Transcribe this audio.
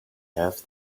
have